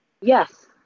Yes